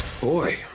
Boy